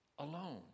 alone